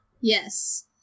Yes